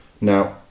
Now